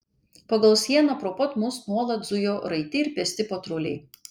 pagal sieną pro pat mus nuolat zujo raiti ir pėsti patruliai